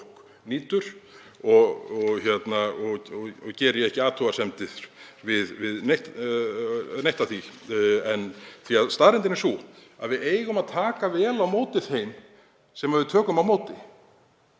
nýtur og geri ég ekki athugasemdir við neitt af því. Staðreyndin er sú að við eigum að taka vel á móti þeim sem við tökum á móti.